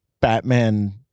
Batman